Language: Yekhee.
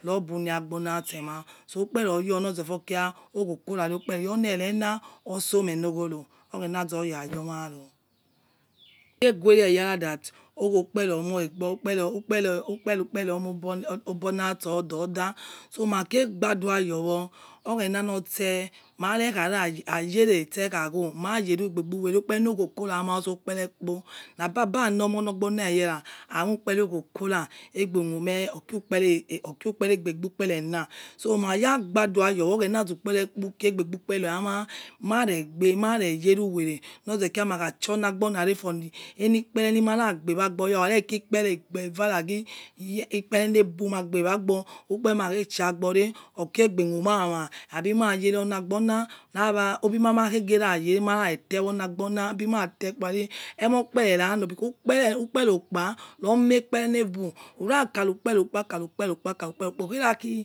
Rebune nagbona semeh so ukpere oyo noze for kira owo korare ukpere your onierena otsi me noghoro oghenazora your maro owekpre omoigbo ukpere ukpere ukpero omoibo naso ododa so makie gbaduayor oghena notse mare khayere ste khawo mayere egbebuwere ukpere nowo koramaso ukpere kpo nababa normeh oniogbona eyare ama ukpere ogho kora emegbemume okiu-ukpere ukperi egbebukpere na so mayagbadua your oghenazi ukperekpo kiegbebu kpere ayma maregbe maregbe maregberuwere norzekira makhachor na gbonare for enikpere maragbewagour okhaki enikpere egboiva ye ikparene bumagbe wagbo ukpereni makhechi wagbore okie egbe mumeyama abi mayere wonagbona abimate kpo ari emor ukpere ranor rari ukpero okpa ro meri kpere nebu urakharukpere okpa kari pere okpa. karikpere okpa.